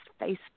Facebook